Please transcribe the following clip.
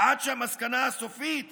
עד שהמסקנה הסופית